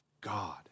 God